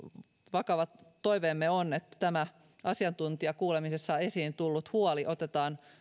vakava toiveemme on että tämä asiatuntijakuulemisessa esiin tullut huoli otetaan